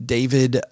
David